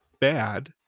bad